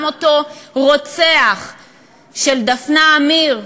גם אותו רוצח של דפנה מאיר,